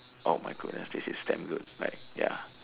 oh my goodness this is damn good like ya